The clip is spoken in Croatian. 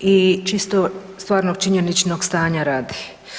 i čisto stvarnog činjeničnog stanja radi.